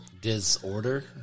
Disorder